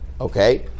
Okay